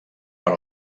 per